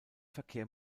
verkehr